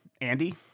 Andy